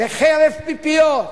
זה חרב פיפיות.